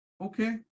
okay